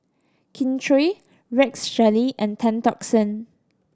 Kin Chui Rex Shelley and Tan Tock San